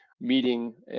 meeting